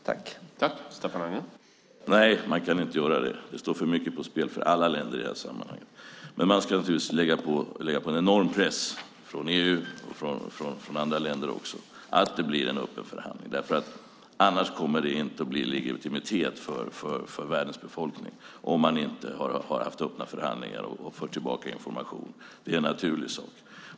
Herr talman! Nej, man kan inte göra det. Det är för mycket som står på spel för alla länder i detta sammanhang. Men man ska naturligtvis sätta en enorm press från EU och från andra länder så att det blir en öppen förhandling. Om man inte har haft öppna förhandlingar och för tillbaka information kommer det inte att bli legitimitet för världens befolkning. Det är en naturlig sak.